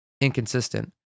inconsistent